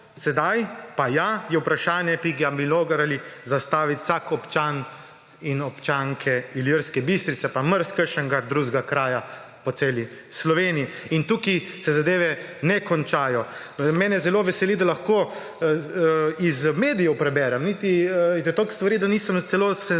sedaj pa ja, je vprašanje, ki bi ga moral zastaviti vsak občan in občanke Ilirske Bistrice, pa iz marsikaterega drugega kraja po celi Sloveniji. In tukaj se zadeve ne končajo. Mene zelo veseli, da lahko iz medijev preberem – in je toliko stvari, nisem celo seznanjen